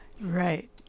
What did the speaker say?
Right